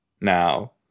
now